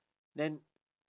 then